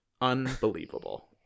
Unbelievable